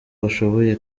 bashoboye